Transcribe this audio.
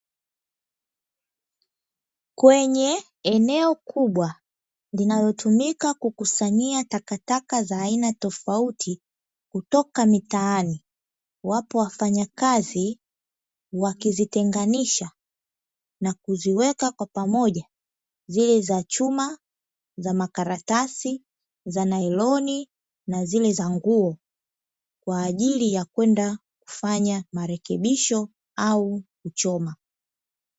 Kwenye eneo kubwa linalotumika kukusanyia takataka za aina tofauti kutoka mitaani. Wapo wafanyakazi wakizitenganisha na kuziweka kwa pamoja zile za chuma, za makaratasi, za naironi na zile za nguo, kwa ajili ya kwenda kufanya marekebisho au kuchoma.